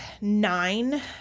nine